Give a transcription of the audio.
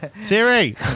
siri